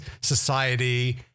society